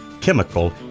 chemical